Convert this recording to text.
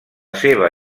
seva